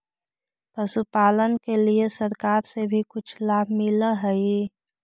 पशुपालन के लिए सरकार से भी कुछ लाभ मिलै हई?